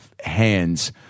hands